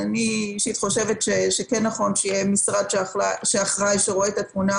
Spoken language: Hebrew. אני אישית חושבת שכן נכון שיהיה משרד שאחראי ורואה את התמונה